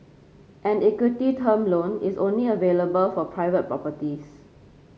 an equity term loan is only available for private properties